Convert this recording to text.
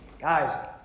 Guys